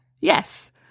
Yes